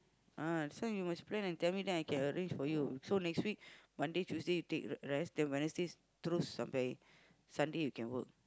ah that's why you must plan and tell me then I can arrange for you so next week Monday Tuesday you take r~ rest then Wednesdays through Sunday Sunday you can work